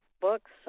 books